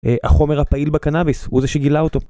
החומר הפעיל בקנאביס, הוא זה שגילה אותו.